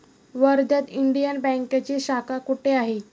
वर्ध्यात इंडियन बँकेची शाखा कुठे आहे?